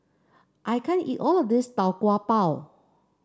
I can't eat all of this Tau Kwa Pau